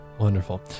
Wonderful